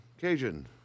Cajun